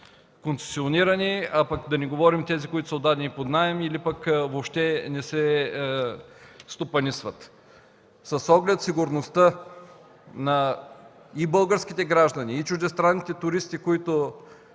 концесионирани, а да не говорим за тези, които са отдадени под наем или въобще не се стопанисват. С оглед сигурността на българските граждани и чуждестранните туристи, които